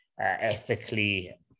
ethically